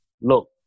Look